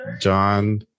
John